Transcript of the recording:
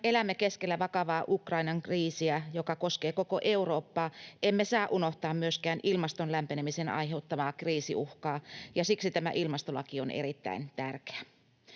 elämme keskellä vakavaa Ukrainan kriisiä, joka koskee koko Eurooppaa, emme saa unohtaa myöskään ilmaston lämpenemisen aiheuttamaa kriisiuhkaa, ja siksi tämä ilmastolaki on erittäin tärkeä.